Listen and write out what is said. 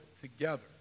together